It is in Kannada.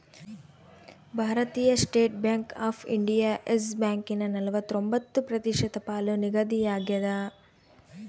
ಭಾರತೀಯ State Bank of India Yes ಬ್ಯಾಂಕನ ನಲವತ್ರೊಂಬತ್ತು ಪ್ರತಿಶತ ಪಾಲು ನಿಗದಿಯಾಗ್ಯದ